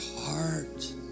heart